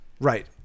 Right